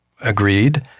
agreed